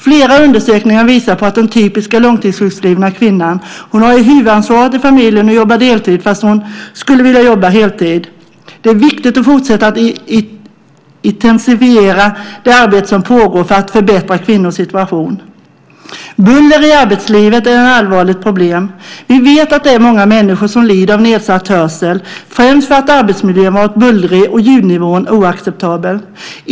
Flera undersökningar visar på den typiska långtidssjukskrivna kvinnan. Hon har huvudansvaret i familjen och jobbar deltid fast hon skulle vilja jobba heltid. Det är viktigt att fortsätta att intensifiera det arbete som pågår för att förbättra kvinnors situation. Buller i arbetslivet är ett allvarligt problem. Vi vet att det är många människor som lider av nedsatt hörsel, främst för att arbetsmiljön har varit bullrig och ljudnivån oacceptabel.